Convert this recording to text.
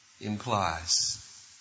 implies